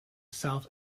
south